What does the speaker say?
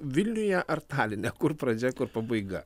vilniuje ar taline kur pradžia kur pabaiga